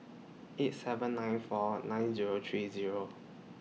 eight seven nine four nine Zero three Zero